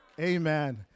Amen